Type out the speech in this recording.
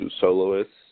soloists